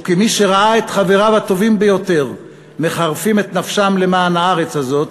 וכמי שראה את חבריו הטובים ביותר מחרפים את נפשם למען הארץ הזאת,